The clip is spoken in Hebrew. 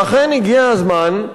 ואכן, הגיע הזמן,